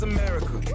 America